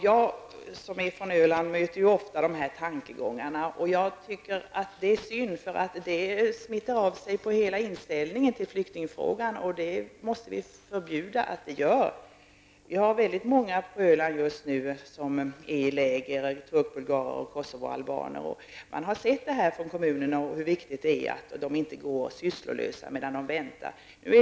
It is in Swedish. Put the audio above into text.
Jag som är från Öland möter ofta sådana tankegångar. Jag tycker att det är synd, för det smittar av sig på inställningen till flyktingfrågorna. Det måste vi ju förbjuda att det gör. Vi har på Öland just nu väldigt många turkbulgarer och kosovoalbaner. Man har från kommunen insett hur viktigt det är att de inte går sysslolösa medan de väntar.